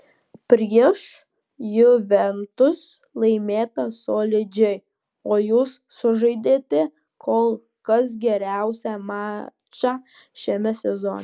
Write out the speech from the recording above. prieš juventus laimėta solidžiai o jūs sužaidėte kol kas geriausią mačą šiame sezone